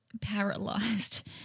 paralyzed